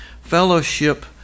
fellowship